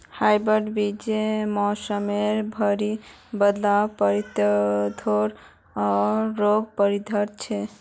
hybrid बीज मोसमेर भरी बदलावर प्रतिरोधी आर रोग प्रतिरोधी छे